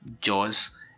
Jaws